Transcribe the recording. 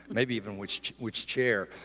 maybe even which which chair.